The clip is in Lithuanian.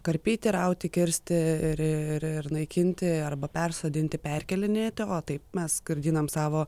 karpyti rauti kirsti ir ir naikinti arba persodinti perkėlinėti o taip mes skurdynam savo